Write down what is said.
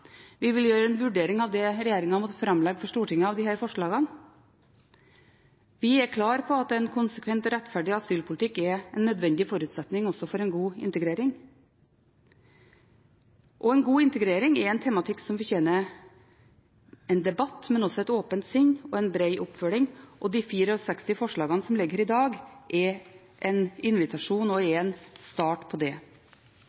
Vi vil gjøre en vurdering av det regjeringen framlegger for Stortinget av disse forslagene. Vi er klare på at en konsekvent og rettferdig asylpolitikk er en nødvendig forutsetning – også for en god integrering. En god integrering er en tematikk som fortjener debatt, men også et åpent sinn og bred oppfølging. De 64 forslagene som ligger på bordet i dag, er en invitasjon og en start på det. Derfor er Senterpartiet godt fornøyd med det vi i